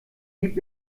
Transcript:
gib